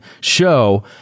show